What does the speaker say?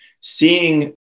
seeing